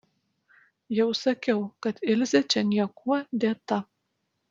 jau sakiau kad ilzė čia niekuo dėta